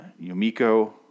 Yumiko